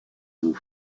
aux